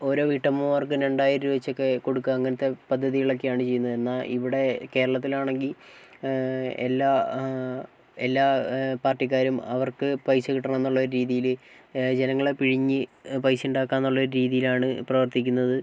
ഓരോ വീട്ടമ്മമാർക്കും രണ്ടായിരം രൂപ വച്ചൊക്കെ കൊടുക്കുക അങ്ങനത്തെ പദ്ധതികളൊക്കെയാണ് ചെയ്യുന്നത് എന്നാൽ ഇവിടെ കേരളത്തിലാണെങ്കിൽ എല്ലാ എല്ലാ പാർട്ടിക്കാരും അവർക്ക് പൈസ കിട്ടണം എന്നുള്ള ഒരു രീതിയിൽ ജനങ്ങളെ പിഴിഞ്ഞ് പൈസ ഉണ്ടാക്കാന്നുള്ള ഒരു രീതിയിലാണ് പ്രവർത്തിക്കുന്നത്